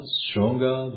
stronger